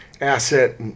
asset